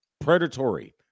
predatory